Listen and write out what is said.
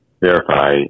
verify